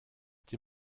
die